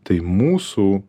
tai mūsų